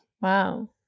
Wow